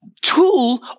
tool